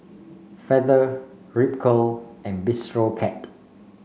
Feather Ripcurl and Bistro Cat